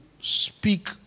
speak